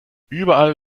überall